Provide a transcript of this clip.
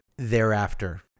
thereafter